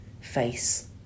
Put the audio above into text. face